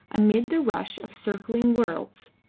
amidst the rush of circling worlds